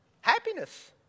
Happiness